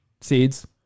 seeds